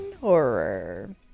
horror